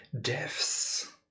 Deaths